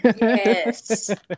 Yes